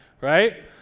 right